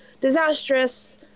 disastrous